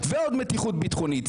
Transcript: ועוד מתיחות ביטחונית.